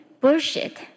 bullshit